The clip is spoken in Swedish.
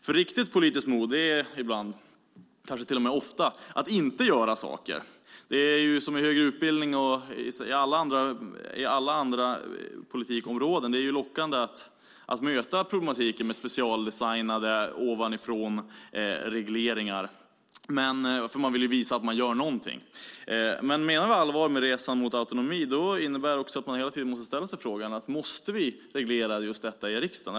Riktigt politiskt mod är nämligen ibland, kanske till och med ofta, att inte göra saker. Det är med högre utbildning som med alla andra politikområden lockande att möta problematiken med specialdesignade ovanifrånregleringar, eftersom man vill visa att man gör någonting. Menar vi allvar med resan mot autonomi, innebär det dock också att vi hela tiden måste ställa oss frågan: Måste vi reglera just detta i riksdagen?